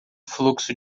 fluxo